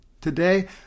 Today